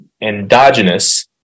endogenous